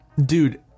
Dude